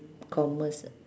commerce